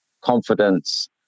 confidence